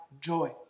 joy